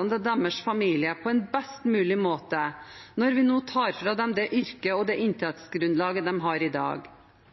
og deres familier på en best mulig måte, når vi nå tar fra dem det yrket og det inntektsgrunnlaget de har i dag.